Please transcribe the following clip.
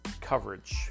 coverage